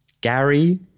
Gary